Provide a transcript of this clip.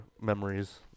memories